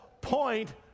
point